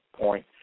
point